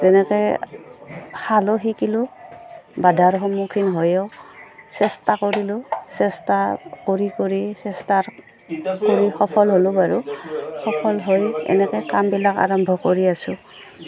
তেনেকৈ শালো শিকিলোঁ বাধাৰ সন্মুখীন হৈও চেষ্টা কৰিলোঁ চেষ্টা কৰি কৰি চেষ্টাৰ কৰি সফল হ'লোঁ বাৰু সফল হৈ এনেকৈ কামবিলাক আৰম্ভ কৰি আছো